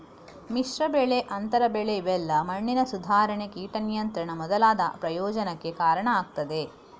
ಮಿಶ್ರ ಬೆಳೆ, ಅಂತರ ಬೆಳೆ ಇವೆಲ್ಲಾ ಮಣ್ಣಿನ ಸುಧಾರಣೆ, ಕೀಟ ನಿಯಂತ್ರಣ ಮೊದಲಾದ ಪ್ರಯೋಜನಕ್ಕೆ ಕಾರಣ ಆಗ್ತದೆ